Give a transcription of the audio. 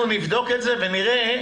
ונראה.